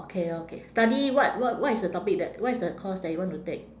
okay okay study what wh~ what is the topic that what is the course that you want to take